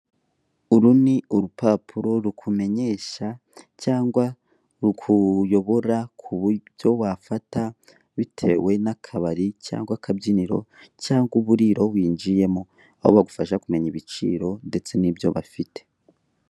Uru ni urupapuro rukumenyesha cyangwa rukuyobora ku byo wafata bitewe n'akabari cyangwa akabyiniro cyangwa uburiro. Aho bagufasha kumenya ibiciro ndetse n'ibyo bafite.